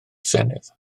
senedd